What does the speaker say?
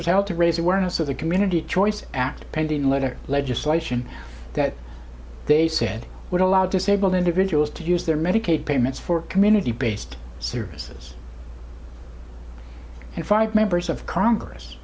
was held to raise awareness of the community choice act pending a letter legislation that they said would allow disabled individuals to use their medicaid payments for community based services and five members of congress